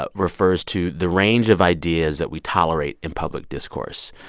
ah refers to the range of ideas that we tolerate in public discourse.